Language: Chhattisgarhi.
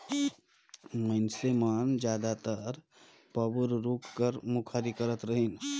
मइनसे मन जादातर बबूर रूख कर मुखारी करत रहिन